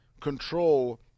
control